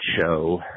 show